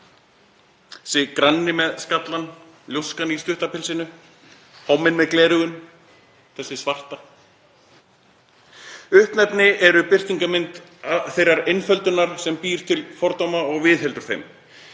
granni með skallann, ljóskan í stutta pilsinu, homminn með gleraugun, þessi svarta. Uppnefni eru birtingarmynd þeirrar einföldunar sem býr til fordóma og viðheldur þeim,